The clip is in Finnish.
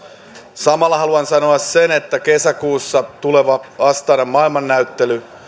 samalla haluan sanoa että kesäkuussa tuleva astanan maailmannäyttely